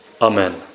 Amen